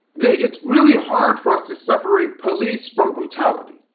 that it's really hard for us to separate police from brutality.